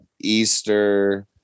Easter